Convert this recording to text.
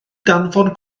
danfon